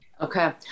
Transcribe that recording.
Okay